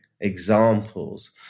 examples